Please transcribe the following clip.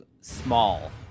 small